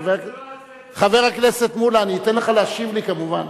חבר הכנסת מולה, אני אתן לך להשיב לי כמובן.